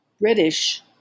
British